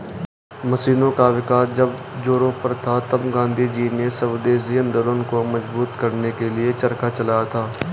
मशीनों का विकास जब जोरों पर था तब गाँधीजी ने स्वदेशी आंदोलन को मजबूत करने के लिए चरखा चलाया था